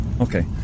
Okay